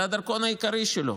זה הדרכון העיקרי שלו.